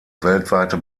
weltweite